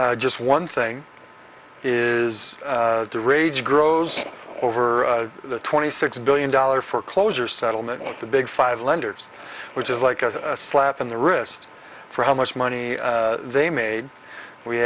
on just one thing is the rage grows over the twenty six billion dollar for closure settlement with the big five lenders which is like a slap in the wrist for how much money they made we